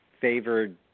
favored